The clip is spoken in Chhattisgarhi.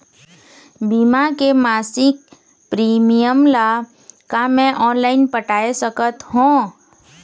बीमा के मासिक प्रीमियम ला का मैं ऑनलाइन पटाए सकत हो?